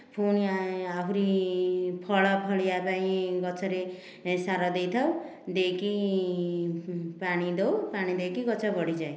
ପୁଣି ଆହୁରି ଫଳ ଫଳିବା ପାଇଁ ଗଛରେ ସାର ଦେଇଥାଉ ଦେଇକି ପାଣି ଦେଉ ପାଣି ଦେଇକି ଗଛ ବଢିଯାଏ